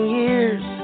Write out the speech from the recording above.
years